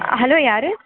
hello யாரு